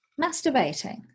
masturbating